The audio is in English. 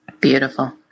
Beautiful